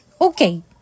Okay